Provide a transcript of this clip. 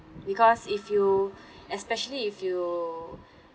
because if you especially if you